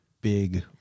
big